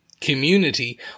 community